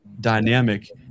dynamic